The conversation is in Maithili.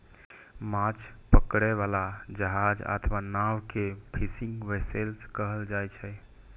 माछ पकड़ै बला जहाज अथवा नाव कें फिशिंग वैसेल्स कहल जाइ छै